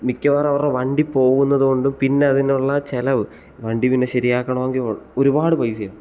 മിക്കവാറും അവരുടെ വണ്ടി പോകുന്നത് കൊണ്ട് പിന്നെയതിനുള്ള ചിലവ് വണ്ടി പിന്നെ ശരിയാക്കണമെങ്കിൽ ഒരുപാട് പൈസ ആകും